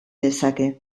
dezake